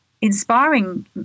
inspiring